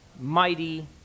mighty